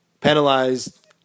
penalized